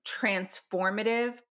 transformative